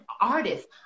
artists